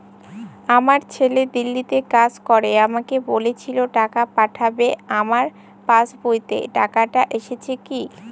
আমার ছেলে দিল্লীতে কাজ করে আমাকে বলেছিল টাকা পাঠাবে আমার পাসবইতে টাকাটা এসেছে কি?